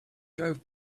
drove